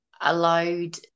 allowed